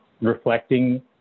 reflecting